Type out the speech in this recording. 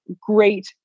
great